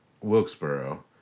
Wilkesboro